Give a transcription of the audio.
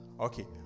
Okay